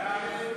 מרצ,